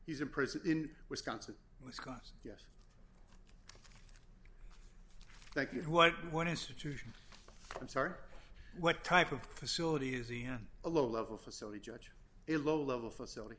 he's in prison in wisconsin wisconsin yes thank you what one institution i'm sorry what type of facility is he had a low level facility judge a low level facility